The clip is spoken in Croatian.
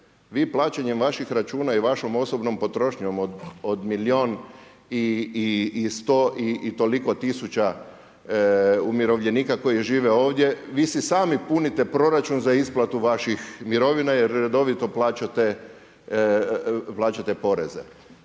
vi plaćanjem vaših računa i vašom osobnom potrošnjom od milijun i 100 i toliko tisuća umirovljenika koji žive ovdje, vi si sami punite proračun za isplatu vaših mirovina jer redovito plaćate poreze.